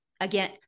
again